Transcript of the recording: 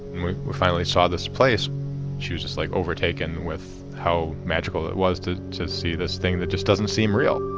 we finally saw this place she was just like overtaken with how magical it was to to see this thing that just doesn't seem real